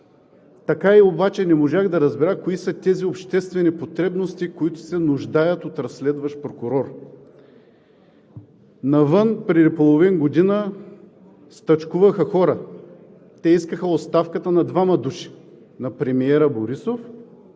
така и не можах да разбера кои са тези обществени потребности, които се нуждаят от разследващ прокурор. Преди половин година навън стачкуваха хора. Те искаха оставката на двама души – премиера Борисов